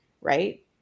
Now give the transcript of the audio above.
Right